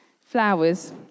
flowers